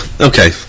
okay